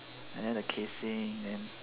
and then the casing then